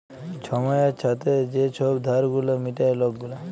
ছময়ের ছাথে যে ছব ধার গুলা মিটায় লক গুলা